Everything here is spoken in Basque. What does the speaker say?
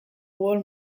wall